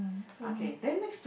same